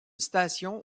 station